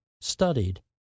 studied